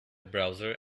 browser